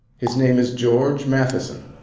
his name is george matheson.